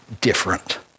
different